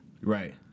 Right